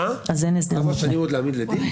עוד ארבע שנים כדי להעמיד לדין?